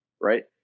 right